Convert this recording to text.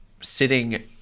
sitting